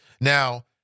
Now